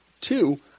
Two